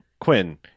Quinn